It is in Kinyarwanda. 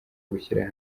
gushyira